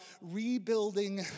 rebuilding